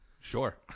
Sure